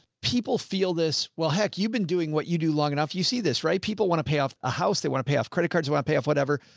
people feel this, well, heck, you've been doing what you do long enough. you see this, right? people want to pay off a house. they want to pay off credit cards, want to pay off, whatever,